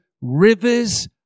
rivers